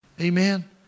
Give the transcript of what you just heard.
Amen